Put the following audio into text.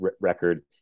record